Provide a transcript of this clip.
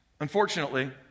Unfortunately